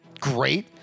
great